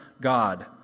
God